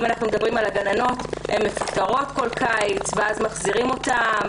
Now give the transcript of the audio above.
אם אנחנו מדברים על הגננות הן מפוטרות בכל קיץ ואז מחזירים אותן,